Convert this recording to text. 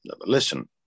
listen